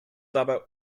dabei